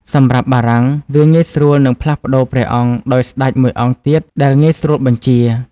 សម្រាប់បារាំង វាងាយស្រួលនឹងផ្លាស់ប្ដូរព្រះអង្គដោយស្ដេចមួយអង្គទៀតដែលងាយស្រួលបញ្ជា។